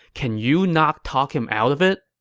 can you not talk him out of it?